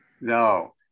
No